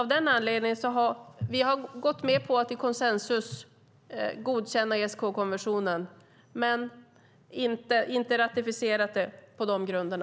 Vi har gått med på att i konsensus godkänna ESK-konventionen, däremot inte ratificerat den på de grunderna.